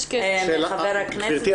גבירתי,